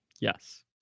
Yes